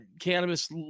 cannabis